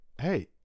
hey